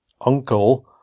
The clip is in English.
uncle